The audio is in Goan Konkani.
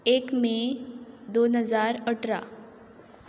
एक मे दोन हजार अठरा